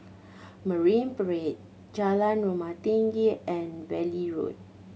Marine Parade Jalan Rumah Tinggi and Valley Road